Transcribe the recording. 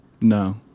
no